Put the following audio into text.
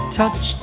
touch